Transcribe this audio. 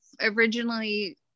originally